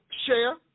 share